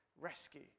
rescue